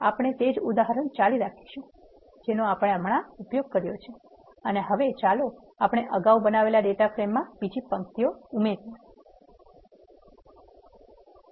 આપણે તે જ ઉદાહરણ ચાલુ રાખીશું જેનો આપણે ઉપયોગ કર્યો છે અને હવે ચાલો આપણે અગાઉ બનાવેલા ડેટા ફ્રેમમાં બીજી પંક્તિ ઉમેરવા માંગીએ છીએ